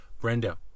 Brenda